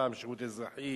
פעם שירות אזרחי.